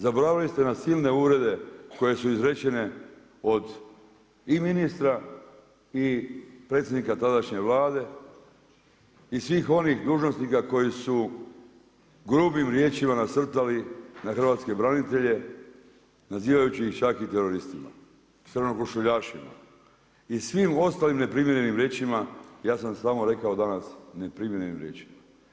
Zaboravili ste na silne uvrede koje su izrečene od i ministra i predsjednika tadašnje Vlade i svih onih dužnosnika koji su grubim riječima nasrtali na hrvatske branitelje nazivajući ih čak i teroristima, crnokošuljašima i svim ostalim neprimjerenim riječima, ja sam samo rekao danas, ne primjerenim riječima.